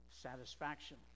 satisfaction